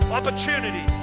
Opportunity